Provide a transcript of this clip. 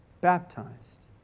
baptized